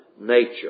nature